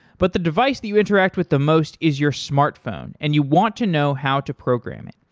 but the device that you interact with the most is your smartphone and you want to know how to program it.